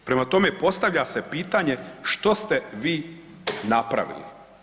Prema tome, postavlja se pitanje što ste vi napravili?